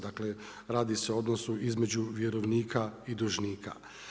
Dakle, radi se u odnosu između vjerovnika i dužnika.